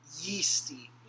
yeasty